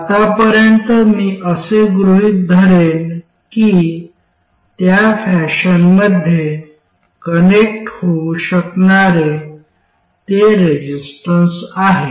आत्तापर्यंत मी असे गृहीत धरेन की त्या फॅशनमध्ये कनेक्ट होऊ शकणारे ते रेजिस्टन्स आहे